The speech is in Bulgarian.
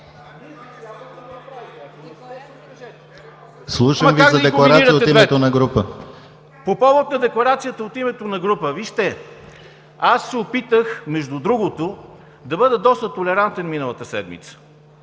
Слушам Ви за декларация от името на група. АНТОН КУТЕВ: По повод на декларацията от името на група. Вижте, аз се опитах, между другото, да бъда доста толерантен миналата седмица,